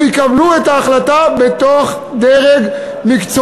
ויקבלו את ההחלטה בדרג מקצועי.